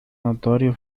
notorio